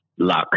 luck